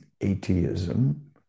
atheism